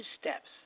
steps